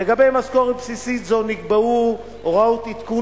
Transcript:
לגבי משכורת בסיסית זו נקבעו הוראות עדכון